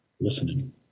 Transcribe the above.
listening